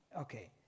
Okay